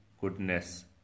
goodness